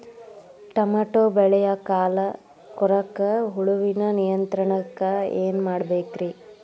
Tomato ಬೆಳೆಯ ಕಾಯಿ ಕೊರಕ ಹುಳುವಿನ ನಿಯಂತ್ರಣಕ್ಕ ಏನ್ ಮಾಡಬೇಕ್ರಿ?